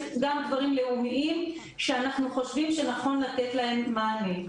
יש גם דברים לאומיים שאנחנו חושבים שחשוב לתת להם מענה.